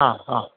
ആ ആ